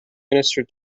minister